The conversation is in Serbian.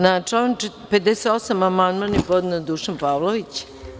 Na član 58. amandman je podneo Dušan Pavlović.